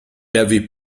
avait